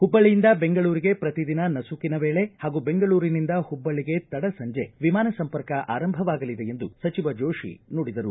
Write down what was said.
ಹುಬ್ಬಳ್ಳಿಯಿಂದ ಬೆಂಗಳೂರಿಗೆ ಪ್ರತಿದಿನ ನಸುಕಿನ ವೇಳೆ ಹಾಗೂ ಬೆಂಗಳೂರಿನಿಂದ ಹುಬ್ಬಳ್ಳಿಗೆ ತಡ ಸಂಜೆ ವಿಮಾನ ಸಂಪರ್ಕ ಆರಂಭವಾಗಲಿದೆ ಎಂದು ಸಚಿವ ಜೋಶಿ ನುಡಿದರು